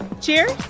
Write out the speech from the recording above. Cheers